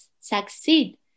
succeed